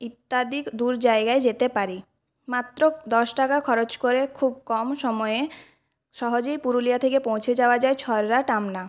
ইত্যাদি দূর জায়গায় যেতে পারি মাত্র দশ টাকা খরচ করে খুব কম সময়ে সহজেই পুরুলিয়া থেকে পৌঁছে যাওয়া যায় ছড়ড়া টামনা